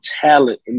talent